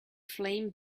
flame